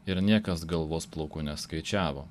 ir niekas galvos plaukų neskaičiavo